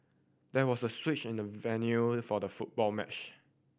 there was a switch in the venue for the football match